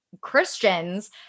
Christians